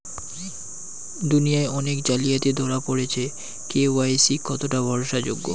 দুনিয়ায় অনেক জালিয়াতি ধরা পরেছে কে.ওয়াই.সি কতোটা ভরসা যোগ্য?